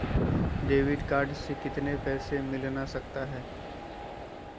Debit card से कितने पैसे मिलना सकता हैं?